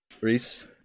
Reese